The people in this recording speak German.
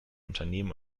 unternehmen